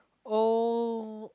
oh